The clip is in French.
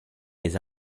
les